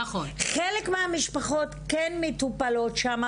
חלק מהמשפחות כן מטופלות שם,